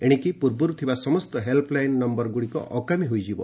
ଏଶିକି ପୂର୍ବର୍ ଥିବା ସମସ୍ତ ହେଲ୍ପ୍ ଲାଇନ୍ ନମ୍ଘରଗୁଡ଼ିକ ଅକାମୀ ହୋଇଯିବ